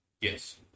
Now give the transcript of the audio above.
yes